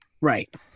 Right